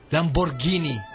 Lamborghini